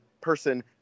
person